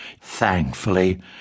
Thankfully